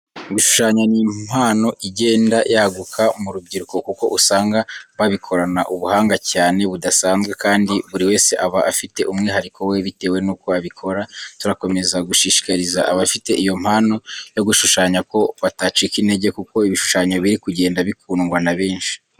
Gushushanya ni impano igenda yaguka mu rubyiruko kuko usanga babikorana ubuhanga cyane budasanzwe, kandi buri wese aba afite umwihariko we bitewe n'uko abikora. Turakomeza gushishikariza abafite iyo mpano yo gushushanya ko batacika intege kuko ibishushanyo biri kugenda bikundwa na benshi.